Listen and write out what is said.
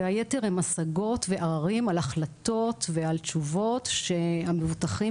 והיתר הן השגות ועררים על החלטות ועל תשובות שהמבוטחים